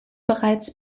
bereits